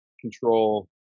control